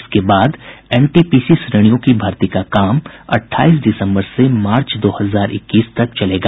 इसके बाद N T P C श्रेणियों की भर्ती का काम अटठाईस दिसम्बर से मार्च दो हजार इक्कीस तक चलेगा